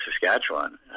Saskatchewan